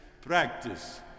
practice